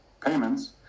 payments